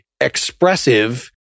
expressive